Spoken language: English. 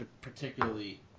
particularly